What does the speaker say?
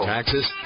Taxes